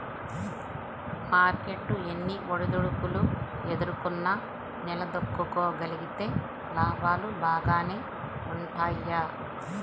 market ఎన్ని ఒడిదుడుకులు ఎదుర్కొన్నా నిలదొక్కుకోగలిగితే లాభాలు బాగానే వుంటయ్యి